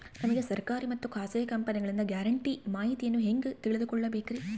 ನಮಗೆ ಸರ್ಕಾರಿ ಮತ್ತು ಖಾಸಗಿ ಕಂಪನಿಗಳಿಂದ ಗ್ಯಾರಂಟಿ ಮಾಹಿತಿಯನ್ನು ಹೆಂಗೆ ತಿಳಿದುಕೊಳ್ಳಬೇಕ್ರಿ?